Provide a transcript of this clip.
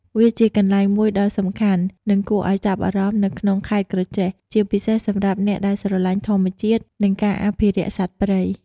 វាជាកន្លែងមួយដ៏សំខាន់ និងគួរឱ្យចាប់អារម្មណ៍នៅក្នុងខេត្តក្រចេះ ជាពិសេសសម្រាប់អ្នកដែលស្រឡាញ់ធម្មជាតិ និងការអភិរក្សសត្វព្រៃ ។